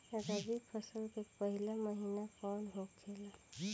रबी फसल के पहिला महिना कौन होखे ला?